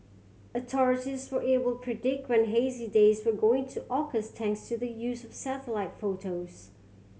authorities were able predict when hazy days were going to occur thanks to the use of satellite photos